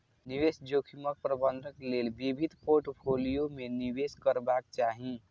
निवेश जोखिमक प्रबंधन लेल विविध पोर्टफोलियो मे निवेश करबाक चाही